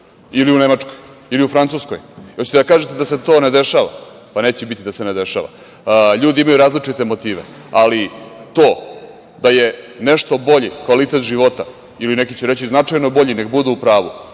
SAD, u Nemačkoj ili u Francuskoj? Hoćete da kažete da se to ne dešava? Pa, neće biti da se ne dešava. Ljudi imaju različite motive, ali to da je nešto bolji kvalitet života ili neki će reći značajno bolji, nek budu u pravu,